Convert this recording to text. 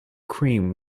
cream